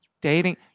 Dating